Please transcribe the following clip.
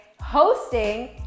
hosting